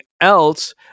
else